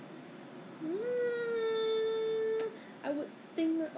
凤梨酥很出名的是吗忘了什么名了我要去找一下